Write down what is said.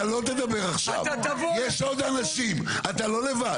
אתה לא תדבר עכשיו, יש עוד אנשים, אתה לא לבד.